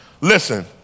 Listen